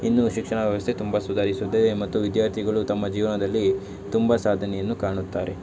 ಇನ್ನು ಶಿಕ್ಷಣ ವ್ಯವಸ್ಥೆ ತುಂಬ ಸುಧಾರಿಸುತ್ತದೆ ಮತ್ತು ವಿದ್ಯಾರ್ಥಿಗಳು ತಮ್ಮ ಜೀವನದಲ್ಲಿ ತುಂಬ ಸಾಧನೆಯನ್ನು ಕಾಣುತ್ತಾರೆ